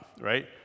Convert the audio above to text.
right